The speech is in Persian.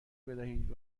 بدهید